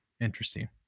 Interesting